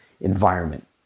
environment